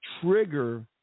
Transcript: trigger